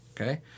Okay